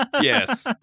Yes